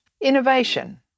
innovation